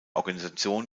organisation